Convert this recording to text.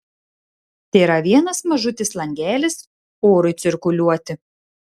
tėra vienas mažutis langelis orui cirkuliuoti